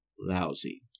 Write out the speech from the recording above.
lousy